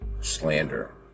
Slander